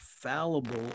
fallible